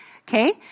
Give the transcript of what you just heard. Okay